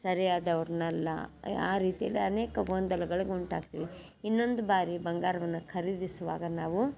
ಸರಿಯಾದವರನ್ನಲ್ಲ ಆ ರೀತಿಯಲ್ಲಿ ಅನೇಕ ಗೊಂದಲಗಳಿಗೆ ಉಂಟಾಗ್ತೀವಿ ಇನ್ನೊಂದು ಬಾರಿ ಬಂಗಾರವನ್ನು ಖರೀದಿಸುವಾಗ ನಾವು